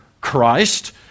Christ